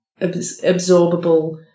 absorbable